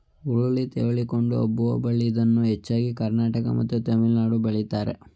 ಹುರುಳಿ ತೆವಳಿಕೊಂಡು ಹಬ್ಬುವ ಬಳ್ಳಿ ಇದನ್ನು ಹೆಚ್ಚಾಗಿ ಕರ್ನಾಟಕ ಮತ್ತು ತಮಿಳುನಾಡಲ್ಲಿ ಬೆಳಿತಾರೆ